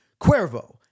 Cuervo